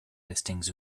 listings